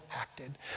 acted